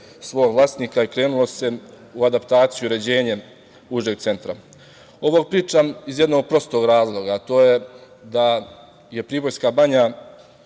svog vlasnika i krenulo se u adaptaciju i uređenje užeg centra. Ovo pričam iz jednog prostog razloga, a to je da je Pribojska banja